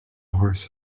horse